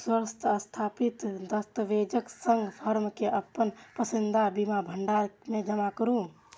स्वसत्यापित दस्तावेजक संग फॉर्म कें अपन पसंदीदा बीमा भंडार मे जमा करू